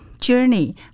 journey